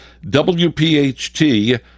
WPHT